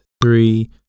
three